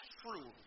true